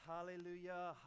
Hallelujah